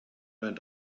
went